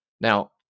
Now